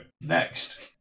next